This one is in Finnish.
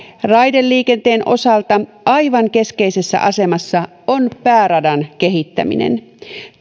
raideliikenteen osalta aivan keskeisessä asemassa on pääradan kehittäminen